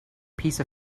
piece